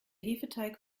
hefeteig